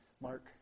Mark